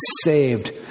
saved